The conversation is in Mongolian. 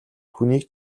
хүнийг